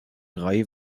drei